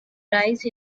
rise